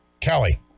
Kelly